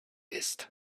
ist